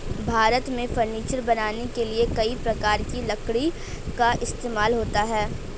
भारत में फर्नीचर बनाने के लिए कई प्रकार की लकड़ी का इस्तेमाल होता है